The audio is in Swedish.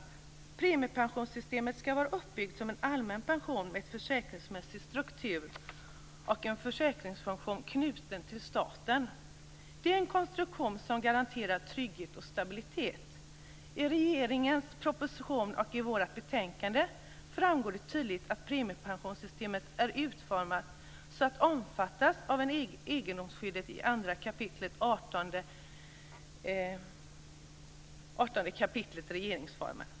Premiepensionssystemet skall vara uppbyggt som en allmän pension med en försäkringsmässig struktur med en försäkringsfunktion knuten till staten. Det är en konstruktion som garanterar trygghet och stabilitet. I regeringens proposition och i vårt betänkande framgår det tydligt att premiepensionssystemet är utformat så att det omfattas av egendomsskyddet i 2 kap. 18 § regeringsformen.